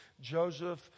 Joseph